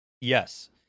Yes